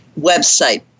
website